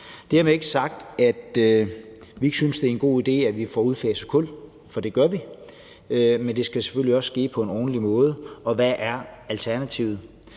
synes, det er en god idé, at vi får udfaset kul, for det synes vi, men det skal selvfølgelig ske på en ordentlig måde. Hvad er alternativet?